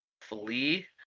flee